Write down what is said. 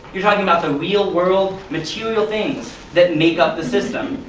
you are talking about the real-world, material things that make up the system.